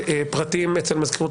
פרטים אצל מזכירות